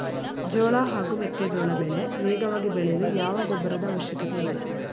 ಜೋಳ ಹಾಗೂ ಮೆಕ್ಕೆಜೋಳ ಬೆಳೆ ವೇಗವಾಗಿ ಬೆಳೆಯಲು ಯಾವ ಗೊಬ್ಬರದ ಅವಶ್ಯಕತೆ ಇದೆ?